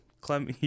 Clem